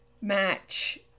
match